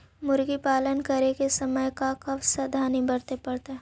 मुर्गी पालन करे के समय का सावधानी वर्तें पड़तई?